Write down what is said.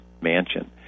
Mansion